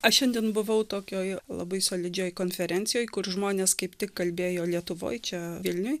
aš šiandien buvau tokioj labai solidžioj konferencijoj kur žmonės kaip tik kalbėjo lietuvoj čia vilniuj